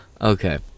Okay